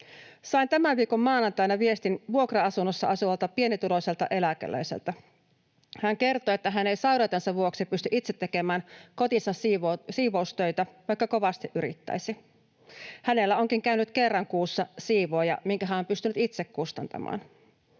Sain tämän viikon maanantaina viestin vuokra-asunnossa asuvalta pienituloiselta eläkeläiseltä. Hän kertoi, että hän ei sairautensa vuoksi pysty itse tekemään kotinsa siivoustöitä, vaikka kovasti yrittäisi. Hänellä onkin käynyt kerran kuussa siivooja, minkä hän on pystynyt itse kustantamaan.